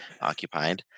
occupied